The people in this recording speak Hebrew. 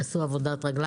נכון.